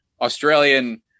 Australian